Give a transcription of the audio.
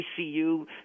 ICU